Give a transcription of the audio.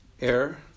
air